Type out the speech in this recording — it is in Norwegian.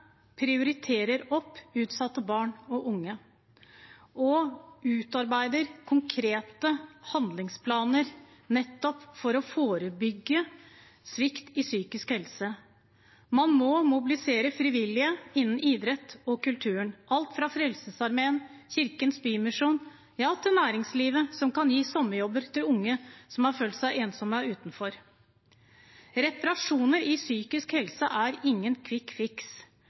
prioriterer opp utsatte barn og unge og utarbeider konkrete handlingsplaner for å forebygge svikt i psykisk helsevern. Man må mobilisere frivillige innen idrett og kultur – alt fra Frelsesarmeen og Kirkens Bymisjon til næringslivet, som kan gi sommerjobb til unge som har følt seg ensomme og utenfor. Reparasjon av psykisk helse er ingen kvikkfiks.